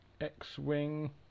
X-Wing